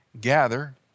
gather